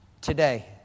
today